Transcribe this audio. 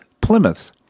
Plymouth